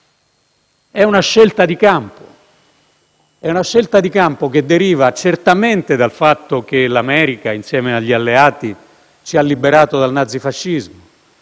è una scelta di campo. È una scelta di campo che deriva certamente dal fatto che l'America, insieme agli Alleati, ci ha liberato dal nazifascismo